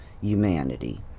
humanity